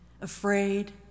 afraid